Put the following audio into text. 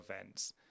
events